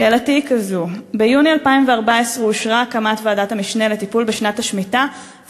שאלתי היא כזו: ביוני 2014 אושרה הקמת ועדת המשנה לטיפול בשנת השמיטה,